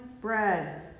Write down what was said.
bread